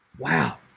wow.